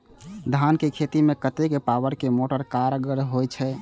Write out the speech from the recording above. धान के खेती में कतेक पावर के मोटर कारगर होई छै?